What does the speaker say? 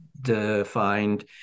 defined